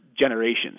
generations